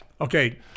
Okay